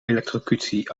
elektrocutie